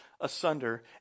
asunder